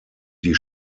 die